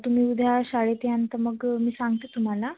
तुम्ही उद्या शाळेत यान तर मग मी सांगते तुम्हाला